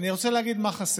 אבל אני רוצה להגיד גם מה חסר,